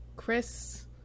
Chris